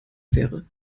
wäre